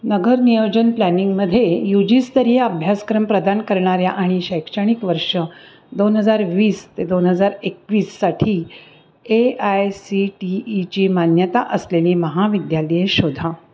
नगर नियोजन प्लॅनिंगमध्ये यू जीस्तरीय अभ्यासक्रम प्रदान करणाऱ्या आणि शैक्षणिक वर्ष दोन हजार वीस ते दोन हजार एकवीससाठी ए आय सी टी ईची मान्यता असलेली महाविद्यालये शोधा